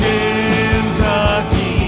Kentucky